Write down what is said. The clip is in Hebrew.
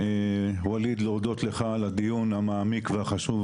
תרשה לי להודות לך על הדיון המעמיק והחשוב